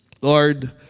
Lord